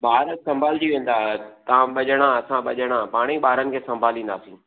ॿार सम्भालजी वेंदा तव्हां ॿ ॼणा असां ॿ ॼणा पाण ई ॿारनि खे संभालींदासीं